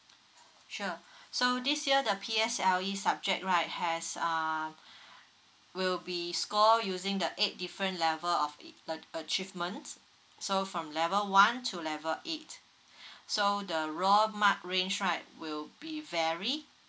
sure so this year the P_S_L_E subject right has uh will be score using the eight different level of ach~ achievements so from level one to level eight so the raw mark range right will be very